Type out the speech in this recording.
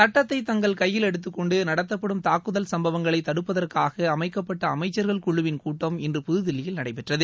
சட்டத்தை தங்கள் கையில் எடுத்துக்கொண்டு நடத்தப்படும் தாக்குதல் சும்பவங்களை தடுப்பதற்காக அமைக்கப்பட்ட அமைக்சர்கள் குழுவின் கூட்டம் இன்று புதுதில்லியில் நடைபெற்றது